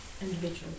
individual